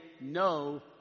no